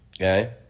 Okay